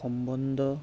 সম্বন্ধ